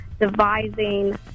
devising